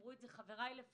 אמרו את זה חבריי לפניי.